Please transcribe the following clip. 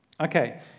Okay